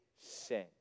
sin